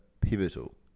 pivotal